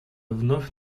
вновь